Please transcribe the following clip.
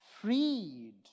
freed